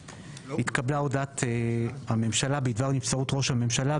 "התקבלה הודעת הממשלה בדבר נבצרות ראש הממשלה,